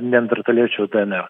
neandertaliečių dnr